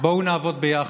בואו נעבוד ביחד.